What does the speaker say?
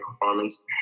performance